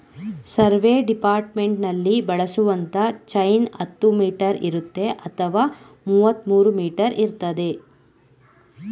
survey ಡಿಪಾರ್ಟ್ಮೆಂಟ್ನಲ್ಲಿ ಬಳಸುವಂತ chain ಹತ್ತು ಮೀಟರ್ ಇರುತ್ತೆ ಅಥವಾ ಮುವತ್ಮೂರೂ ಮೀಟರ್ ಇರ್ತದೆ